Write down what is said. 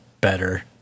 better